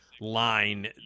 line